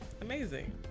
amazing